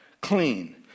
clean